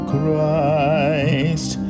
Christ